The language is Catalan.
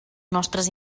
nostres